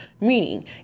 meaning